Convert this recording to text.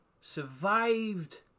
survived